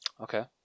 Okay